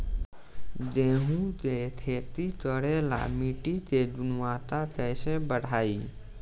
गेहूं के खेती करेला मिट्टी के गुणवत्ता कैसे बढ़ाई?